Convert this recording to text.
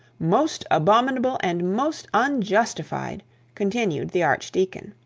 most abominable, and most unjustifiable continued the archdeacon.